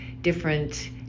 different